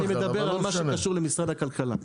אני מדבר על מה שקשור למשרד הכלכלה,